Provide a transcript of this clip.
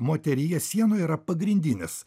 moteryje sienoj yra pagrindinis